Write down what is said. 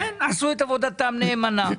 את עבודתם נאמנה.